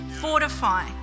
fortify